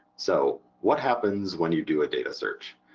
so what happens when you do a data search?